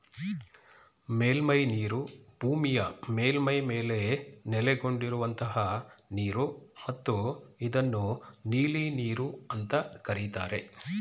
ಮೇಲ್ಮೈನೀರು ಭೂಮಿಯ ಮೇಲ್ಮೈ ಮೇಲೆ ನೆಲೆಗೊಂಡಿರುವಂತಹ ನೀರು ಮತ್ತು ಇದನ್ನು ನೀಲಿನೀರು ಅಂತ ಕರೀತಾರೆ